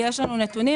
יש לנו נתונים.